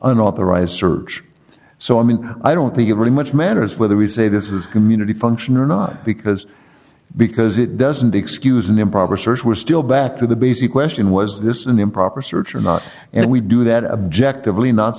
unauthorized search so i mean i don't think it really much matters whether we say this was community function or not because because it doesn't excuse an improper search we're still back to the b c question was this an improper search or not and we do that objective really n